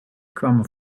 kwamen